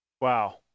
Wow